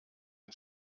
ein